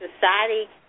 society